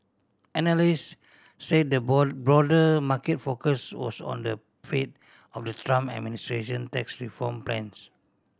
analyst said the broader market focus was on the fate of the Trump administration tax reform plans